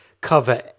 cover